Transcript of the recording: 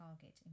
target